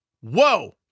Whoa